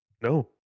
No